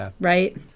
right